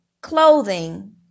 clothing